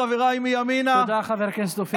חבר הכנסת קרעי.